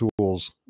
tools